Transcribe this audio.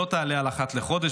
שלא תעלה על אחת לחודש,